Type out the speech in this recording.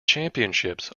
championships